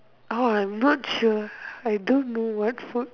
orh I'm not sure I don't bring